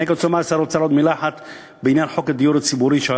אני רק רוצה לומר לשר האוצר עוד מילה אחת בעניין חוק הדיור הציבורי,